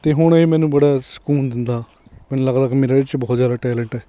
ਅਤੇ ਹੁਣ ਇਹ ਮੈਨੂੰ ਬੜਾ ਸਕੂਨ ਦਿੰਦਾ ਮੈਨੂੰ ਲੱਗਦਾ ਕਿ ਮੇਰਾ ਇਹ 'ਚ ਬਹੁਤ ਜ਼ਿਆਦਾ ਟੈਂਲੈਂਟ ਹੈ